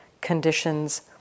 conditions